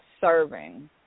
serving